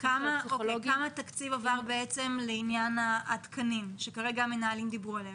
איזה תקציב עבר לתקנים שכרגע המנהלים דיברו עליו?